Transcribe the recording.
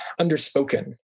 underspoken